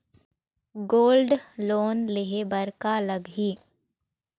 Gold loan लेहे बर का लगही?